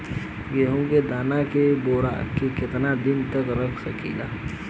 गेहूं के दाना के बोरा में केतना दिन तक रख सकिले?